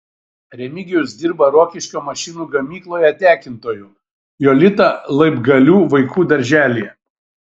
remigijus dirba rokiškio mašinų gamykloje tekintoju jolita laibgalių vaikų darželyje